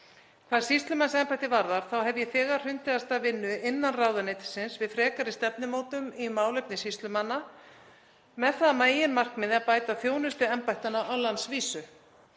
Hvað sýslumannsembætti varðar hef ég þegar hrundið af stað vinnu innan ráðuneytisins við frekari stefnumótun í málefnum sýslumanna með það að meginmarkmiði að bæta þjónustu embættanna á landsvísu.